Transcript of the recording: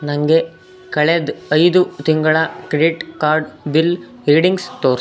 ನನಗೆ ಕಳೆದ ಐದು ತಿಂಗಳ ಕ್ರೆಡಿಟ್ ಕಾರ್ಡ್ ಬಿಲ್ ರೀಡಿಂಗ್ಸ್ ತೋರ್ಸು